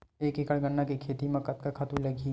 एक एकड़ गन्ना के खेती म कतका खातु लगही?